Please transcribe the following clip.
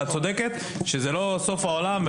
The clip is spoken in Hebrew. את צודקת שזה לא סוף העולם.